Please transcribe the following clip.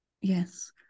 yes